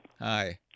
Hi